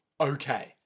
Okay